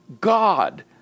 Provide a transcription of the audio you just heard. God